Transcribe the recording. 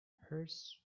hers